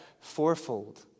fourfold